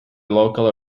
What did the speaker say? local